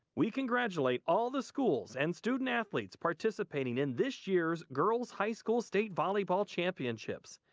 we congratulate all the schools and student athletes participating in this year's girls high school state volleyball championships.